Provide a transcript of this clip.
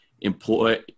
employ